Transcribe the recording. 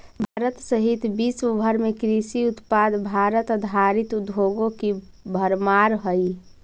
भारत सहित विश्व भर में कृषि उत्पाद पर आधारित उद्योगों की भरमार हई